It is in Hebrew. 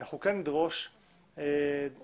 אנחנו כן נדרוש דיווח